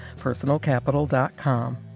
PersonalCapital.com